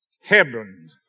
Hebron